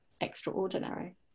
extraordinary